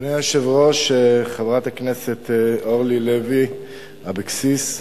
אדוני היושב-ראש, חברת הכנסת אורלי לוי אבקסיס,